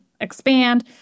expand